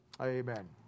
Amen